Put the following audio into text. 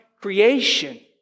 creation